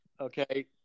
Okay